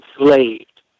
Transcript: enslaved